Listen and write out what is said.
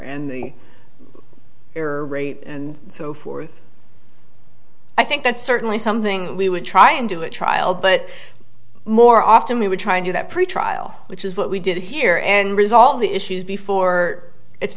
error rate and so forth i think that's certainly something we would try and do a trial but more often we were trying to that pretrial which is what we did here and resolve the issues before it's